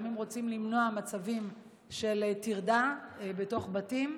גם אם רוצים למנוע מצבים של טרדה בתוך בתים,